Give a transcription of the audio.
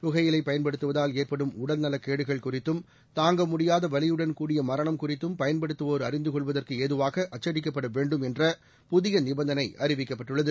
புகையிலைப் பயன்படுத்துவதால் ஏற்படும் உடல்நலக் கேடுகள் குறித்தும் தாங்கமுடியாத வலியுடன் கூடிய மரணம் குறித்தும் பயன்படுத்து வோர் அறிந்து கொள்வதற்கு ஏதுவாக அச்சடிக்கப்பட வேண்டும் என்ற புதிய நிபந்தனை அறிவிக்கப்பட்டுள்ளது